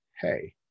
hey